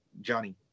Johnny